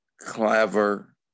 clever